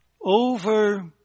over